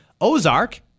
Ozark